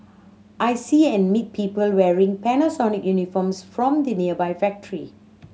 I see and meet people wearing Panasonic uniforms from the nearby factory